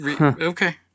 okay